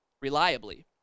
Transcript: reliably